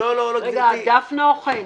אל תענו עכשיו.